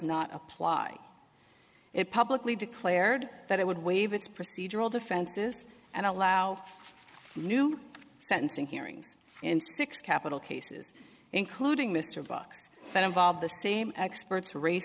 not apply it publicly declared that it would waive its procedural defenses and allow new sentencing hearings and six capital cases including mr box that involved the same experts ra